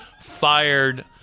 fired